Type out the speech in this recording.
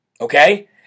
Okay